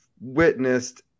witnessed